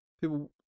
people